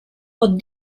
pot